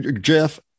Jeff